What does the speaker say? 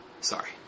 Sorry